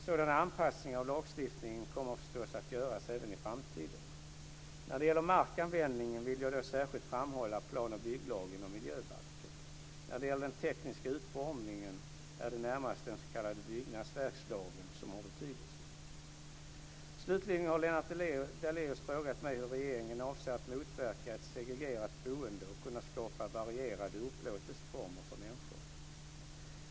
Sådana anpassningar av lagstiftningen kommer förstås att göras även i framtiden. När det gäller markanvändningen vill jag då särskilt framhålla plan och bygglagen och miljöbalken. När det gäller den tekniska utformningen är det närmast den s.k. byggnadsverkslagen som har betydelse. Slutligen har Lennart Daléus frågat mig hur regeringen avser att motverka ett segregerat boende och kunna skapa varierade upplåtelseformer för människor.